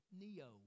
Neo